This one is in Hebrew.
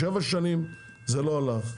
שבע שנים זה לא הלך.